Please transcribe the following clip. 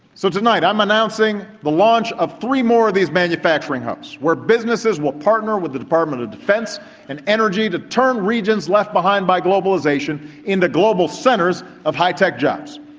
so tonight i am announcing the launch of three more of these manufacturing hubs, where businesses will partner with the department of defence and energy to turn regions left behind by globalisation into global centres of high-tech jobs.